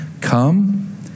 Come